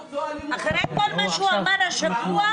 אחרי כל מה שהוא אמר השבוע,